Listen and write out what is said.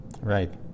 Right